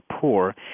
poor